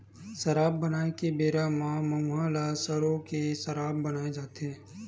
सराब बनाए के बेरा म मउहा ल सरो के सराब बनाए जाथे